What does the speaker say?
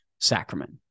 sacrament